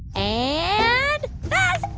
at that.